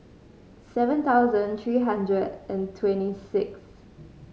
seven thousand three hundred and twenty sixth